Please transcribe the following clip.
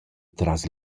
tras